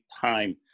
time